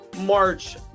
March